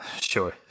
Sure